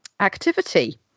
activity